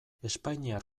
espainiar